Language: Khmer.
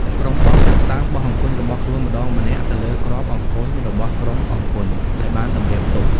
ក្រុមបោះចាប់ផ្ដើមបោះអង្គញ់របស់ខ្លួនម្ដងម្នាក់ទៅលើគ្រាប់អង្គញ់របស់ក្រុមអង្គញ់ដែលបានតម្រៀបទុក ។